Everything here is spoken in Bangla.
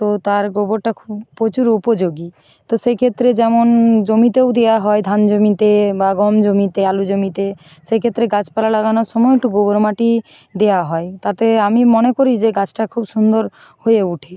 তো তার গোবরটা খুব প্রচুর উপযোগী তো সেই ক্ষেত্রে যেমন জমিতেও দেওয়া হয় ধান জমিতে বা গম জমিতে আলু জমিতে সেক্ষেত্রে গাছপালা লাগানোর সময়ও একটু গোবর মাটি দেওয়া হয় তাতে আমি মনে করি যে গাছটা খুব সুন্দর হয়ে ওঠে